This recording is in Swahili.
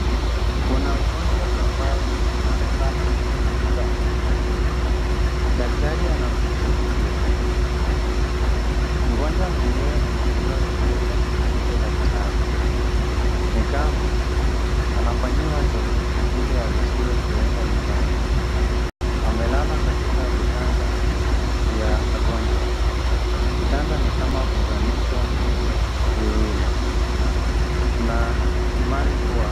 Kuna mgonjwa ambaye anaonekana amevunjika mguu, daktari anamshughulikia. Mgonjwa mwenyewe amejivaa vizuri hata kuliko daktari, ni kama anafanyiwa zoezi ili aruhusiwe kwenda nyumbani, amelala katika vitanda vya wagonjwa. Vitanda ni kama vimeunganishwa viwili. Tuna imani kuwa.